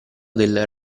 del